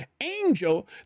angel